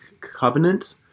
covenant